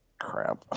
Crap